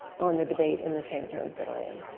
on the debate in the same terms that i am.